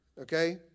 okay